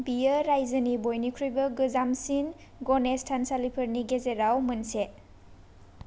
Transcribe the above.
बियो रायजोनि बयनिख्रुइबो गोजामसिन गणेश थानसालिफोरनि गेजेराव मोनसे